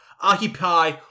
occupy